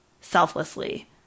selflessly